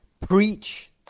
Preach